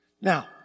Now